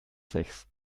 sechs